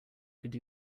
could